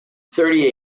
thirty